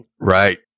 right